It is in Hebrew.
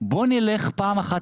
בואו נלך פעם אחת,